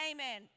Amen